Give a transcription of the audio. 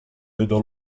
vedo